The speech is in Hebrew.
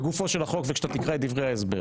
בגופו של החוק, כשאתה תקרא את דברי ההסבר